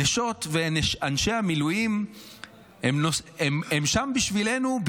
נשות ואנשי המילואים הם שם בשבילנו,